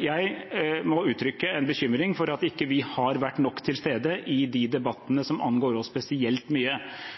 Jeg må uttrykke en bekymring for at vi ikke har vært nok til stede i de debattene som angår oss spesielt mye.